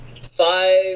five